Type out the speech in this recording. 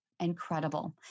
incredible